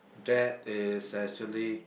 that is actually